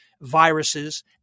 viruses